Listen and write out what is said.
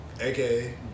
aka